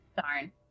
darn